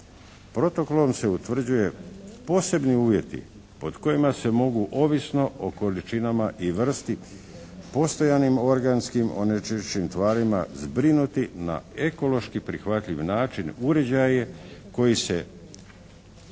Protokolom se utvrđuju posebni uvjeti pod kojima se mogu ovisno o količinama i vrsti postojanim organskim onečišćenim tvarima zbrinuti na ekološki prihvatljiv način uređaje koji se